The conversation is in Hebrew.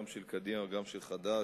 גם של קדימה וגם של חד"ש,